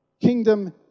kingdom